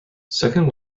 second